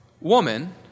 woman